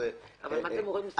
מה זה "מורה מוסמך"?